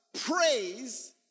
praise